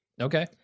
Okay